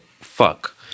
fuck